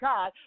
God